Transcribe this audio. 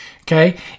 Okay